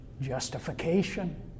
Justification